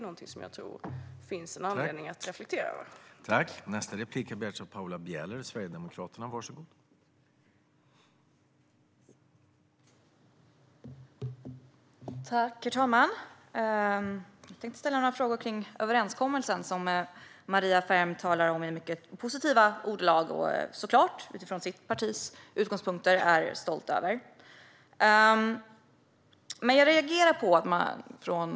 Jag tror att det finns en anledning att reflektera över det.